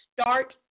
start